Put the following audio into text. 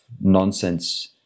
nonsense